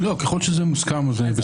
ככל שזה מוסכם, אז